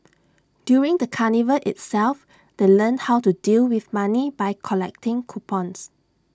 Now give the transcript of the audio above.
during the carnival itself they learnt how to deal with money by collecting coupons